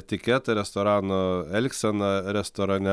etiketą restorano elgseną restorane